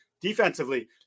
defensively